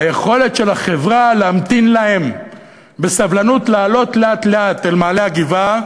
היכולת של החברה להמתין להם בסבלנות לעלות לאט-לאט אל מעלה הגבעה